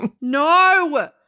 No